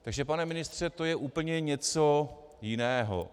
Takže pane ministře, to je úplně něco jiného.